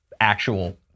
actual